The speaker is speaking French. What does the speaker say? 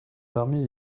parmi